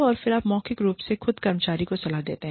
और फिर आप मौखिक रूप से खुद कर्मचारी को सलाह देते हैं